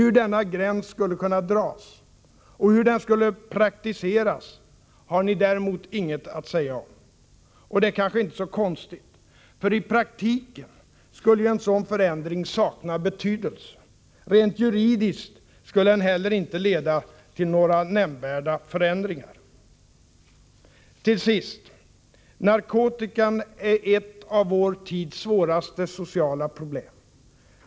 Hur denna gräns skulle dras och hur den skulle praktiseras har ni däremot inget att säga om. Och det är kanske inte så konstigt. För i praktiken skulle ju en sådan förändring sakna betydelse. Rent juridiskt skulle den heller inte leda till några nämnvärda förändringar. Till sist: Narkotikan är ett av vår tids svåraste sociala problem.